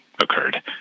occurred